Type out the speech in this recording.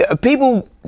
people